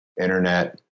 internet